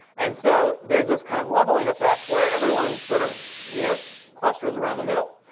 and so, there's this kind of leveling effect, where everyone sort of you know clusters around the middle.